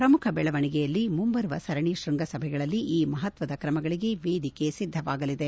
ಪ್ರಮುಖ ದೆಳವಣಿಗೆಯಲ್ಲಿ ಮುಂಬರುವ ಸರಣಿ ಶ್ವಂಗಸಭೆಗಳಲ್ಲಿ ಈ ಮಹತ್ವದ ಕ್ರಮಗಳಗೆ ವೇದಿಕೆ ಒದ್ದವಾಗಲಿದೆ